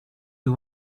you